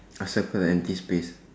I circled an empty space